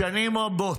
שנים רבות,